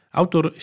autor